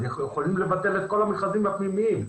יכולים לבטל את כל המכרזים הפנימיים.